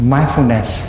Mindfulness